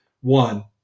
one